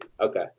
Okay